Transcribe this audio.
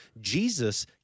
Jesus